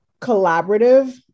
collaborative